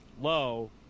low